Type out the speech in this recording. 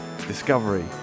Discovery